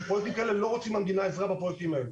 אנחנו לא רוצים עזרה מהמדינה בפרויקטים האלו.